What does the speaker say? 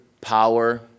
power